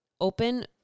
open